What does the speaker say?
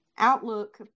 Outlook